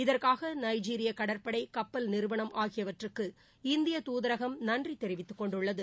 இதற்காக நைஜீரிய கடற்படை கப்பல் நிறுவனம் ஆகியவற்றுக்கு இந்தியத் துதரகம் நன்றி தெரிவித்துக் கொண்டுள்ளது